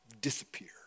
disappear